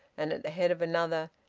and at the head of another,